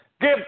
give